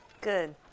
Good